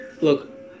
look